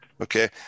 okay